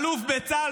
אלוף בצה"ל,